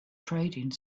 trading